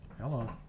Hello